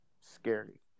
scary